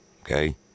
okay